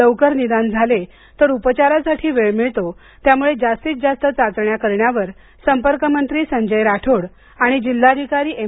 लवकर निदान झाले तर उपचारासाठी वेळ मिळतो त्यामुळे जास्तीत जास्त चाचण्या करण्यावर पालकमंत्री संजय राठोड आणि जिल्हाधिकारी एम